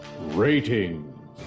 Rating